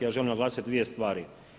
Ja želim naglasiti dvije stvari.